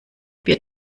wir